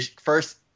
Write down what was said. first